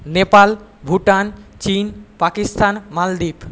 নেপাল ভুটান চীন পাকিস্তান মালদ্বীপ